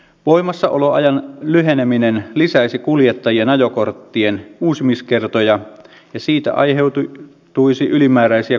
voimassaoloajan lyheneminen lisäisi kuljettajien ajokorttien uusimiskertoja ja siitä aiheutuisi ylimääräisiä kustannuksia